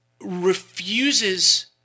refuses